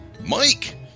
Mike